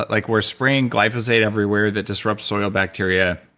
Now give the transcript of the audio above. like we're spraying glyphosate everywhere that disrupts soil bacteria.